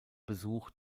besuch